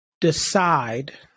decide